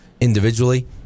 Individually